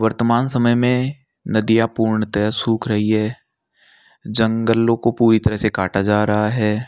वर्तमान समय में नदियाँ पूर्ण तरह सूख रही हैं जंगलों को पूरी तरह से काटा जा रहा है